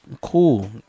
Cool